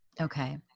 Okay